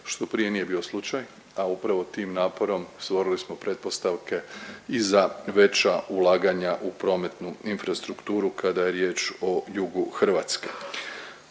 što prije nije bio slučaj, a upravo tim naporom stvorili smo pretpostavke i za veća ulaganja u prometnu infrastrukturu kada je riječ o jugu Hrvatske.